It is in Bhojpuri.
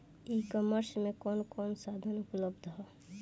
ई कॉमर्स में कवन कवन साधन उपलब्ध ह?